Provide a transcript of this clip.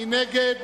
מי נגד,